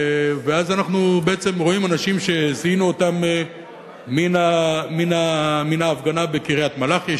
אז אנחנו בעצם רואים אנשים שזיהינו אותם מן ההפגנה בקריית-מלאכי,